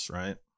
right